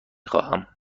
خواهم